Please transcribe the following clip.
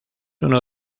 uno